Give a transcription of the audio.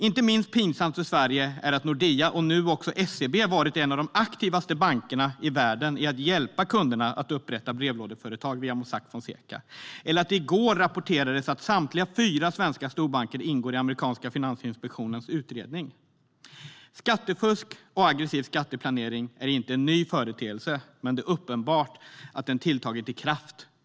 Inte minst pinsamt för Sverige är att Nordea och nu också SEB varit bland de aktivaste bankerna i världen när det har gällt att hjälpa kunderna att upprätta brevlådeföretag via Mossack Fonseca och att det i går rapporterades att samtliga fyra svenska storbanker ingår i den amerikanska finansinspektionens utredning. Skattefusk och aggressiv skatteplanering är inte en ny företeelse, men det är uppenbart att den har tilltagit i kraft.